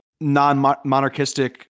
non-monarchistic